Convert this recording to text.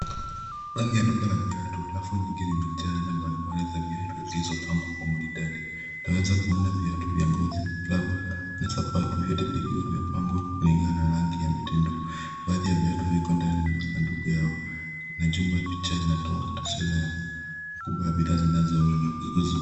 Ndani ya duka la viatu, rafu nyingi limejaa aina mbalimbali za viatu zilizopangwa kwa maridadi. Utaweza kuona viatu vya ngozi, rubber na sabatu, vyote vikiwa vimepangwa kulingana na rangi ya mitendo. Baadhi ya viatu viko ndani ya masunduku yao, na jumba picha inatoa taswira ya ukubwa wa bidhaa zinazouzwa.